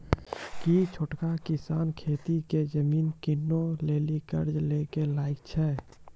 कि छोटका किसान खेती के जमीन किनै लेली कर्जा लै के लायक छै?